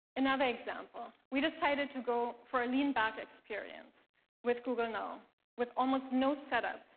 another example. we decided to go for a lean back experience with google now with almost no setup,